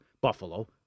Buffalo